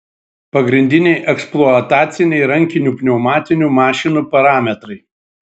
pagrindiniai eksploataciniai rankinių pneumatinių mašinų parametrai